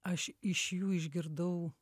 aš iš jų išgirdau